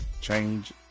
change